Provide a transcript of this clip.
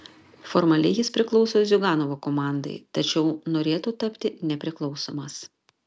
formaliai jis priklauso ziuganovo komandai tačiau norėtų tapti nepriklausomas